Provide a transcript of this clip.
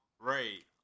Right